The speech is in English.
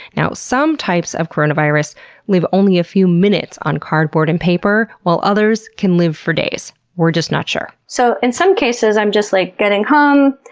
now, some types of coronavirus live only a few minutes on cardboard and paper while others can live for days. we're just not sure. so in some cases, i'm just like getting home,